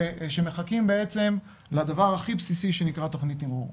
ושמחכים בעצם לדבר הכי בסיסי שנקרא תכנית תמרור.